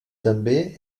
també